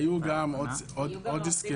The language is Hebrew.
היו עוד הסכמים